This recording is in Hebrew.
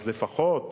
אז לפחות,